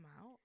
out